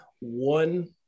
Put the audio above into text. one